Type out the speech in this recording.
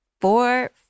four